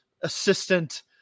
assistant